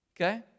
Okay